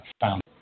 found